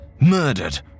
murdered